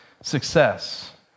success